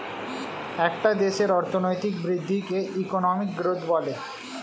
একটা দেশের অর্থনৈতিক বৃদ্ধিকে ইকোনমিক গ্রোথ বলে